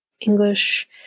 English